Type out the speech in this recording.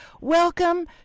Welcome